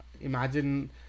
imagine